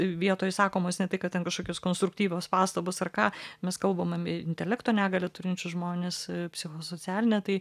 vietoj sakomos ne tai kad ten kažkokios konstruktyvios pastabos ar ką mes kalbam apie intelekto negalią turinčius žmones psichosocialinę tai